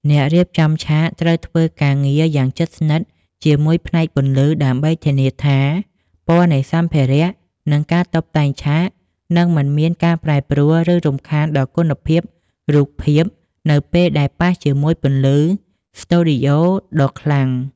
អ្នករៀបចំឆាកត្រូវធ្វើការងារយ៉ាងជិតស្និទ្ធជាមួយផ្នែកពន្លឺ ដើម្បីធានាថាពណ៌នៃសម្ភារៈ និងការតុបតែងឆាកនឹងមិនមានការប្រែប្រួល ឬរំខានដល់គុណភាពរូបភាពនៅពេលដែលប៉ះជាមួយពន្លឺស្ទូឌីយ៉ូដ៏ខ្លាំង។